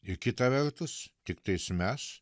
ir kita vertus tiktais mes